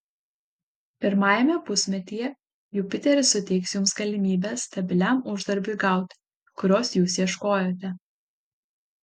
pirmajame pusmetyje jupiteris suteiks jums galimybę stabiliam uždarbiui gauti kurios jūs ieškojote